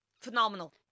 phenomenal